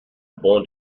bon